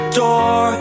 door